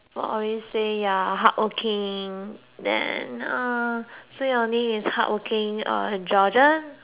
you're hardworking then uh so your name is hardworking uh Georgia or hardworking